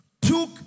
took